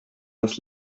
das